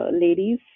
ladies